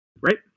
Right